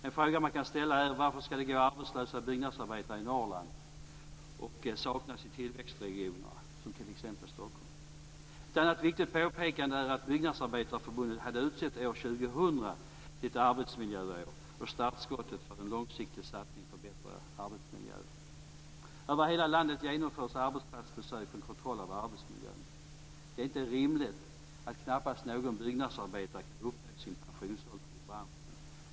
En fråga man kan ställa är: Varför ska det gå arbetslösa byggnadsarbetare i Norrland medan det saknas byggnadsarbetare i tillväxtregionerna, t.ex. Stockholm? Ett annat viktigt påpekande är att Byggnadsarbetareförbundet hade utsett år 2000 till ett arbetsmiljöår och startskottet för en långsiktig satsning på bättre arbetsmiljö. Över hela landet genomförs arbetsplatsbesök för kontroll av arbetsmiljön. Det är inte rimligt att knappast någon byggnadsarbetare kan uppnå sin pensionsålder i branschen.